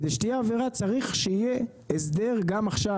כדי שתהיה עבירה צריך שיהיה הסדר גם עכשיו,